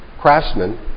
craftsmen